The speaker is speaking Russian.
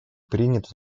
принят